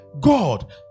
God